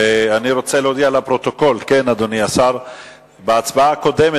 אני רוצה להודיע לפרוטוקול: בהצבעה הקודמת